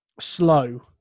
slow